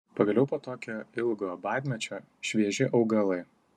pagaliau po tokio ilgo badmečio švieži augalai